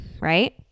right